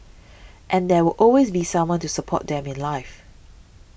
and there will always be someone to support them in life